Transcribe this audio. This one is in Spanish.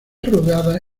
rodada